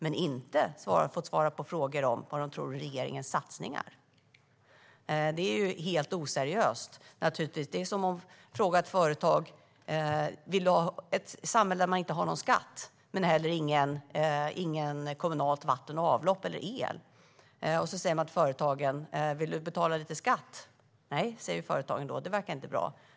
Men de har inte fått svara på frågor om vad de tror om regeringens satsningar. Detta är naturligtvis helt oseriöst. Det är som om man hade frågat företagen om de vill ha ett samhälle där man inte har någon skatt men inte heller något kommunalt vatten och avlopp och ingen el. Frågar man företagen om de vill betala lite skatt, då svarar de: Nej, det verkar inte bra.